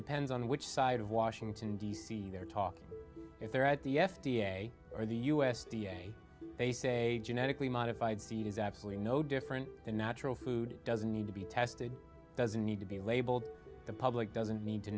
depends on which side of washington d c they're talking if they're at the f d a or the u s d a they say genetically modified it is absolutely no different than natural food doesn't need to be tested doesn't need to be labeled the public doesn't need to